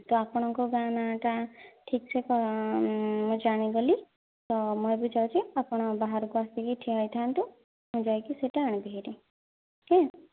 ତ ଆପଣଙ୍କ ଗାଁ ନାଁ ଟା ଠିକ୍ ସେ କ'ଣ ମୁଁ ଜାଣି ଗଲି ତ ମୁଁ ଏବେ ଯାଉଛି ଆପଣ ବାହାରକୁ ଆସି କି ଠିଆ ହୋଇଥାଆନ୍ତୁ ମୁଁ ଯାଇକି ସେହିଟା ଆଣିବି ହେରି ଆଜ୍ଞା